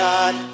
God